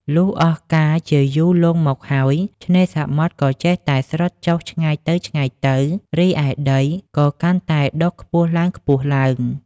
លុះអស់កាលជាយូរលង់មកហើយ ឆ្នេរសមុទ្រក៏ចេះតែស្រុតចុះឆ្ងាយទៅៗ រីឯដីក៏កាន់តែដុះខ្ពស់ឡើងៗ ។